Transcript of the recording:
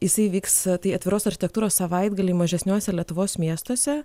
jisai vyks tai atviros architektūros savaitgalį mažesniuose lietuvos miestuose